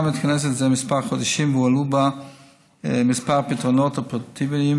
הוועדה מתכנסת זה כמה חודשים והועלו בה כמה פתרונות אופרטיביים.